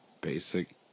basic